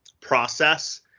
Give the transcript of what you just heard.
process